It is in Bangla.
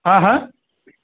হ্যাঁ হ্যাঁ